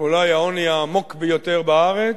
אולי העוני העמוק ביותר בארץ,